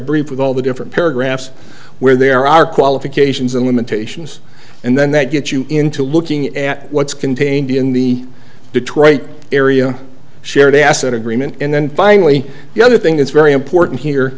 brief with all the different paragraphs where there are qualifications and limitations and then that get you into looking at what's contained in the detroit area shared asset agreement and then finally the other thing that's very important here